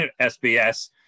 SBS